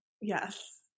yes